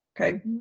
okay